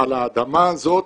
על האדמה הזאת,